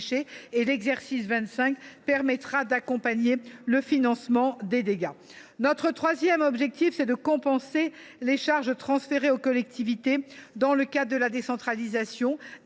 l’exercice 2025 permettra d’accompagner le financement des travaux. Notre troisième objectif est de compenser les charges transférées aux collectivités dans le cadre de la décentralisation,